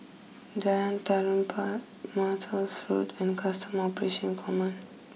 Jalan Tarum Road and Custom Operation Command